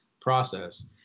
process